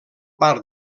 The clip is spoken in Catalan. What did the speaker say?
part